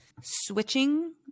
switching